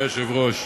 אדוני היושב-ראש,